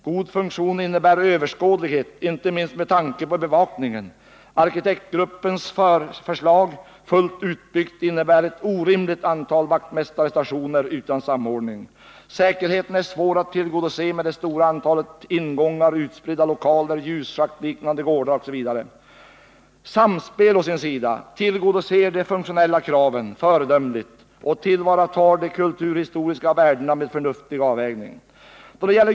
God funktion innebär överskådlighet, inte minst med tanke på bevakningen. Arkitektgruppens förslag, fullt utbyggt, innebär ett orimligt antal vaktmästarstationer utan samordning. Säkerheten är svår att tillgodose med det stora antalet ingångar, utspridda Samspel å sin sida tillgodoser de funktionella kraven föredömligt och tillvaratar de kulturhistoriska värdena med en förnuftig avvägning.